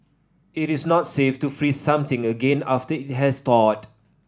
it is not safe to freeze something again after it has thawed